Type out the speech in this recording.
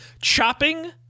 chopping